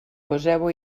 poseu